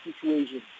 situation